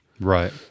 Right